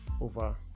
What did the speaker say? over